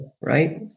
right